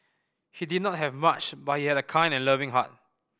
he did not have much but he had a kind and loving heart